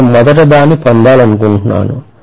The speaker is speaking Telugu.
నేను మొదట దాన్ని పొందాలనుకుంటున్నాను